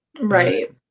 right